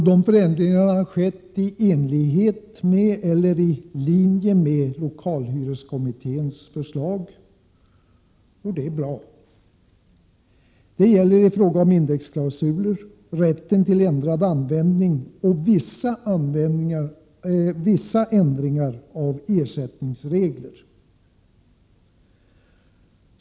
Dessa förändringar har gjorts i linje med lokalhyreskommitténs förslag, och det är bra. Det gäller frågor om indexklausuler, rätten till ändrad användning och vissa ändringar i ersättningsregler.